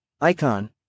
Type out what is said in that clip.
icon